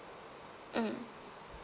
mm